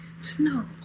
Snow